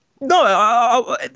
No